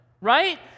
right